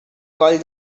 coll